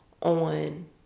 on